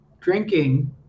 drinking